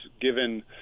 given –